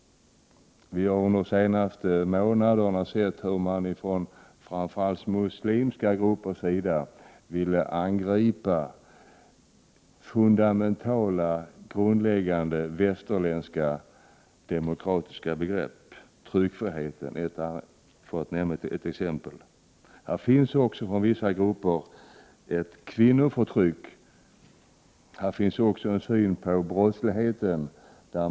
Vi har de senaste månaderna sett hur man från framför allt muslimska gruppers sida vill angripa fundamentala, grundläggande västerländska demokratiska begrepp, t.ex. tryckfriheten. Vissa grupper utövar ett kvinnoförtryck. Här finns också en annan syn på brottsligheten.